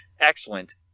excellent